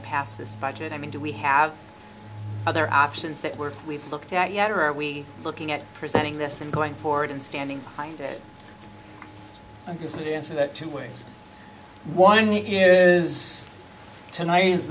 to pass this budget i mean do we have other options that work we've looked at yet or are we looking at presenting this and going forward and standing behind it and use it in so that two ways one year is tonight is